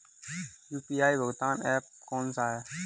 UPI भुगतान app कौन सा है?